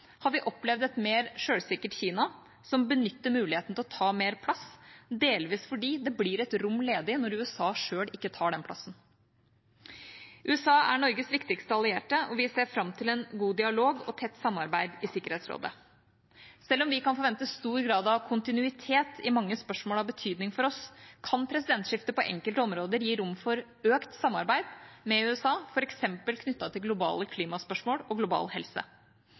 har vi opplevd et mer selvsikkert Kina, som benytter muligheten til å ta mer plass, delvis fordi det blir et rom ledig når USA selv ikke tar den plassen. USA er Norges viktigste allierte, og vi ser fram til en god dialog og tett samarbeid i Sikkerhetsrådet. Selv om vi kan forvente stor grad av kontinuitet i mange spørsmål av betydning for oss, kan presidentskiftet på enkelte områder gi rom for økt samarbeid med USA, f.eks. knyttet til globale klimaspørsmål og global helse.